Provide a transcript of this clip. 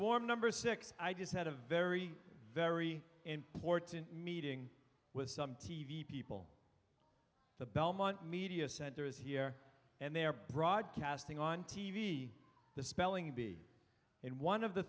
swarm number six i just had a very very important meeting with some t v people the belmont media center is here and they are broadcasting on t v the spelling bee in one of the